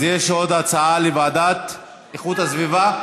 אז יש עוד הצעה, לוועדת איכות הסביבה?